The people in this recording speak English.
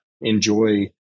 enjoy